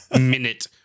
minute